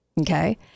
okay